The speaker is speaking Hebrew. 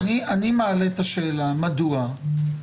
אני מעלה את השאלה מדוע,